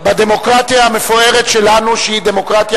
בדמוקרטיה המפוארת שלנו, שהיא דמוקרטיה